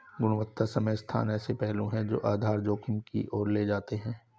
गुणवत्ता समय स्थान ऐसे पहलू हैं जो आधार जोखिम की ओर ले जाते हैं